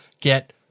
get